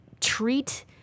treat